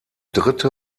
dritte